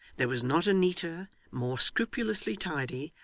there was not a neater, more scrupulously tidy,